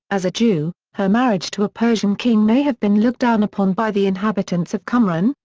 as a jew, her marriage to a persian king may have been looked down upon by the inhabitants of qumran,